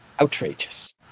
outrageous